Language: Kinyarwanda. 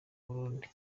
burundi